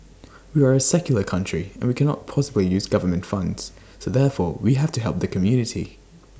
we are A secular country and we cannot possibly use government funds so therefore we have to help the community